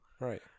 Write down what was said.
Right